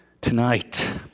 tonight